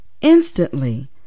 Instantly